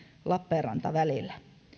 lappeenranta välillä